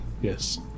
Yes